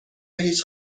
هیچ